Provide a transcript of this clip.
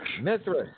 Mithras